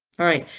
alright,